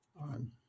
on